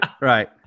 right